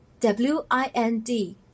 W-I-N-D